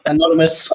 Anonymous